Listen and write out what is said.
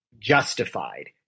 justified